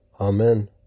Amen